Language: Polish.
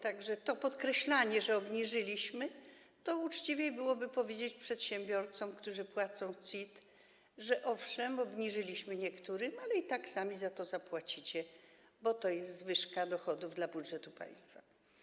Tak że jeśli chodzi o to podkreślanie, że obniżyliśmy, to uczciwiej byłoby powiedzieć przedsiębiorcom, którzy płacą CIT, że owszem, obniżyliśmy niektórym, ale i tak sami za to zapłacicie, bo to jest zwyżka dochodów dla budżetu państwa.